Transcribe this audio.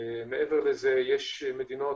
מעבר לזה, יש מדינות